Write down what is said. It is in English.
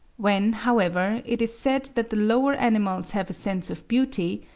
when, however, it is said that the lower animals have a sense of beauty,